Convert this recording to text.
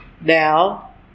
Now